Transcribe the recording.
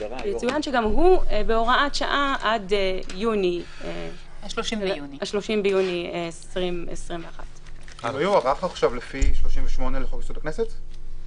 שאף הוא בהוראת שעה עד 30 ביוני 2021. הוא יוארך לפי סעיף 38 לחוק יסוד: הכנסת?